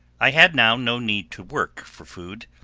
i had now no need to work for food,